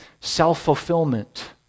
self-fulfillment